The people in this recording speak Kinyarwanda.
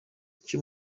icyo